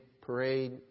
Parade